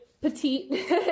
petite